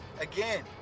again